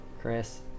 Chris